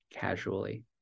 casually